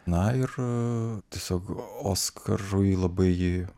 na ir tiesiog oskarui labai ji